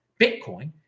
Bitcoin